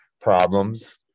problems